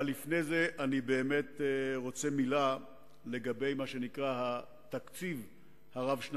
אבל לפני זה אני רוצה להגיד מלה לגבי מה שנקרא התקציב הרב-שנתי,